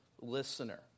listener